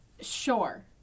Sure